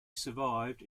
survived